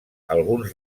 alguns